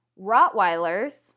Rottweilers